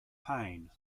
pain